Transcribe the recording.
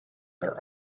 their